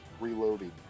reloading